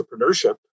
entrepreneurship